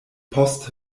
post